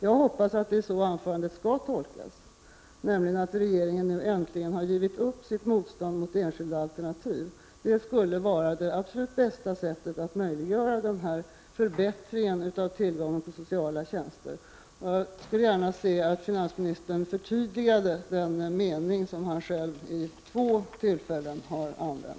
Jag hoppas det är så meningen skall tolkas och att regeringen äntligen har givit upp sitt motstånd mot enskilda alternativ. Det skulle vara det absolut bästa sättet att möjliggöra en förbättring av tillgången på sociala tjänster. Jag skulle gärna se att finansministern förtydligade den mening som han själv använt vid två olika tillfällen.